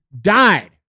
died